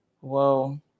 Whoa